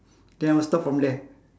then I will stop from there